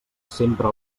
sempre